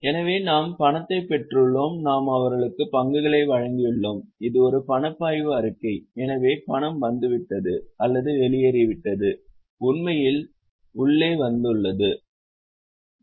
எனவே நாம் பணத்தைப் பெற்றுள்ளோம் நாம் அவர்களுக்கு பங்குகளை வழங்கியுள்ளோம் இது ஒரு பணப்பாய்வு அறிக்கை எனவே பணம் வந்துவிட்டது அல்லது வெளியேறிவிட்டது உண்மையில் உள்ளே வந்துள்ளது